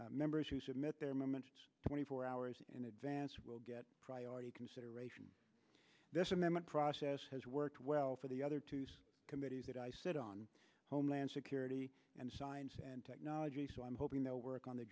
as members who submit their moment twenty four hours in advance will get priority consideration this amendment process has worked well for the other two committees that i sit on homeland security and science and technology so i'm hoping they'll work on the